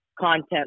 content